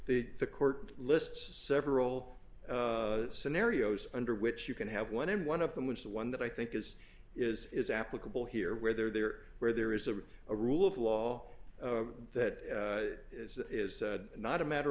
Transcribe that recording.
the the court lists several scenarios under which you can have one in one of them was the one that i think is is is applicable here where there where there is a a rule of law that is not a matter